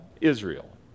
Israel